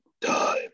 time